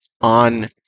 on